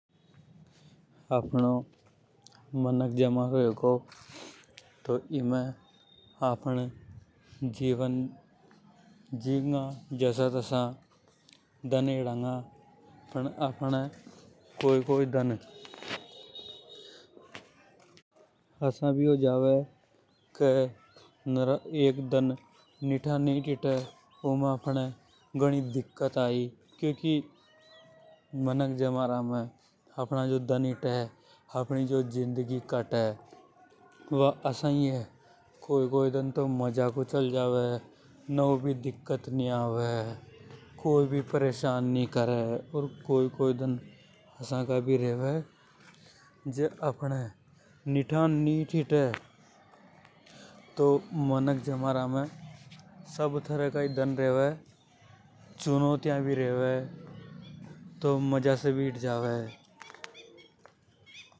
आफ़णो मनक जमारो हेगो तो आफ़न जीवन झींगा। जसा तसा दन हेदांग पन आफ़न कोई कोई दन। अभी हो जावे के दन निथा निथ हिट। अपनी जो जिंदगी कटे वा आसा ई हे। कोई कोई दन तो मजाको हिट जावे, कोई भी परेशान नि करे। कोई कोई दन आसा का भी रेवे जे अपहाने निठा नीट होते। सब तरह का ही दान रेवे। चुनौतिय भी रेवे तो मजासे भी हिट जावे।